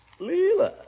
Leela